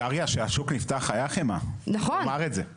דריה, כשהשוק נפתח הייתה חמאה, צריך לומר את זה.